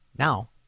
Now